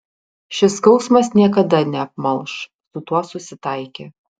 šis skausmas niekada neapmalš su tuo susitaikė